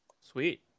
Sweet